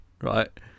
right